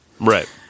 Right